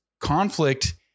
conflict